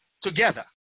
together